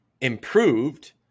improved